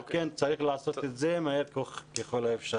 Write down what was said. לכן צריך לעשות את זה מהר ככל האפשר.